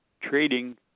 trading